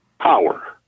power